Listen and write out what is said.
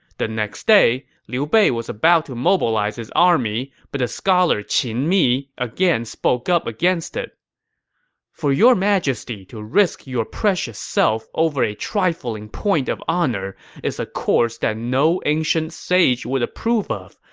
the next day, liu bei was about to mobilize his army, but the scholar qin mi again spoke up against it for your majesty to risk your precious self over a trifling point of honor is a course that no ancient sage would approve of,